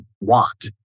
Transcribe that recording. want